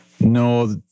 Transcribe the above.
No